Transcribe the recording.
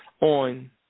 on